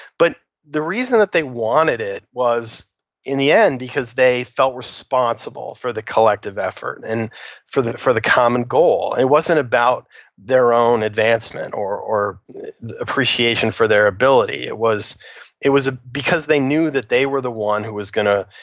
but the reason that they wanted it was in the end because they felt responsible for the collective effort and for the for the common goal. it wasn't about their own advancement or or appreciation for their ability. it was it was ah because they knew they were the one who was gonna,